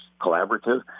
collaborative